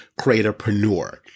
Creatorpreneur